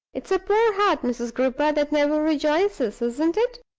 it's a poor heart, mrs. gripper, that never rejoices, isn't it?